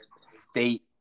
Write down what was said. state